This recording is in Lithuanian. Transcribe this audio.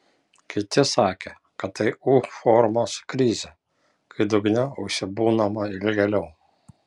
kiti sakė kad tai u formos krizė kai dugne užsibūnama ilgėliau